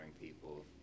people